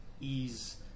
ease